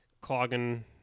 clogging